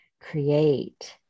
create